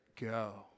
go